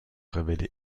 révéler